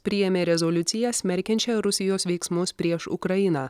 priėmė rezoliuciją smerkiančią rusijos veiksmus prieš ukrainą